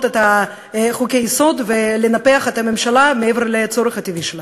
את חוקי-היסוד ולנפח את הממשלה מעבר לצורך הטבעי שלה.